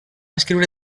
escriure